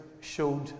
showed